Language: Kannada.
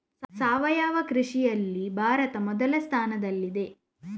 ಸಾವಯವ ಕೃಷಿಯಲ್ಲಿ ಭಾರತ ಮೊದಲ ಸ್ಥಾನದಲ್ಲಿದೆ